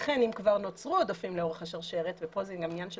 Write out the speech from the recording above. לכן אם כבר נוצרו עודפים לאורך השרשרת וכאן זה גם עניין של